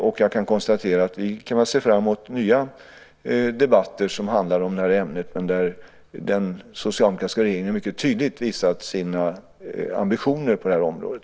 Vi kan nu se fram emot nya debatter om det här ämnet där den socialdemokratiska regeringen mycket tydligt visar sina ambitioner på det här området.